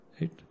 Right